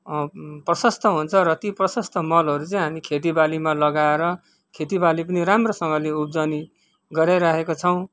प्रशस्त हुन्छ र ती प्रशस्त मलहरू चाहिँ हामी खेतिबालीमा लगाएर खेतिबाली पनि राम्रोसँगले उब्जनी गराइरहेको छौँ